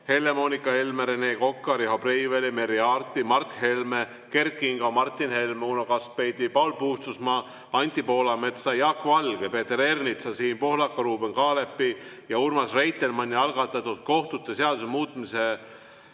Helle-Moonika Helme, Rene Koka, Riho Breiveli, Merry Aarti, Mart Helme, Kert Kingo, Martin Helme, Uno Kaskpeiti, Paul Puustusmaa, Anti Poolametsa, Jaak Valge, Peeter Ernitsa, Siim Pohlaku, Ruuben Kaalepi ja Urmas Reitelmanni algatatud kohtute seaduse muutmise